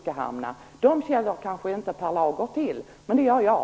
Dem känner kanske inte Per Lager till, men det gör jag.